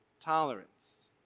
Tolerance